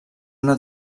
una